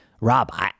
Rob